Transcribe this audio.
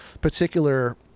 particular